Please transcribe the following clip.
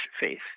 faith